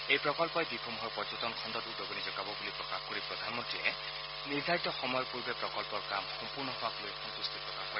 এই প্ৰকল্পই দ্বীপসমূহৰ পৰ্যটন খণ্ডত উদগণি যোগাব বুলি প্ৰকাশ কৰি প্ৰধানমন্ত্ৰীয়ে নিৰ্ধাৰিত সময়ৰ পূৰ্বে প্ৰকল্পৰ কাম সম্পূৰ্ণ হোৱাক লৈ সন্তুষ্টি প্ৰকাশ কৰে